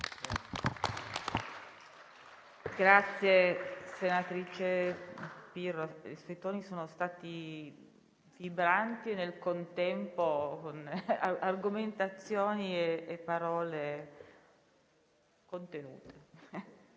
ringrazio, senatrice Pirro. I suoi toni sono stati vibranti e, nel contempo, le argomentazioni e le parole contenute,